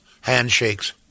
handshakes